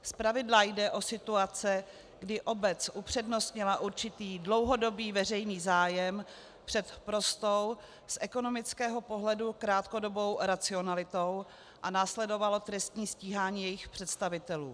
Zpravidla jde o situace, kdy obec upřednostnila určitý dlouhodobý veřejný zájem před prostou, z ekonomického pohledu krátkodobou racionalitou a následovalo trestní stíhání jejích představitelů.